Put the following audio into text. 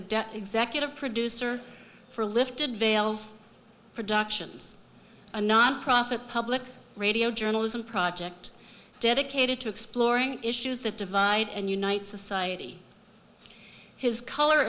a executive producer for lifted veils productions a nonprofit public radio journalism project dedicated to exploring issues that divide and unite society his color